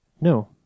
No